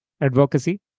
Advocacy